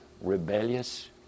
rebellious